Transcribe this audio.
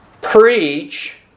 preach